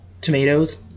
Tomatoes